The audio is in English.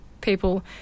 people